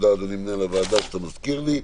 תודה, אדוני מנהל הוועדה, שאתה מזכיר לי.